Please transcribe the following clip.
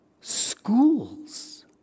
schools